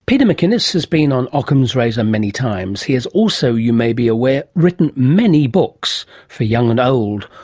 peter macinnis has been on ockham's razor many times. he has also, you may be aware, written many books, for young and old,